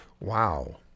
Wow